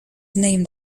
named